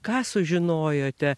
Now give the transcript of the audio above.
ką sužinojote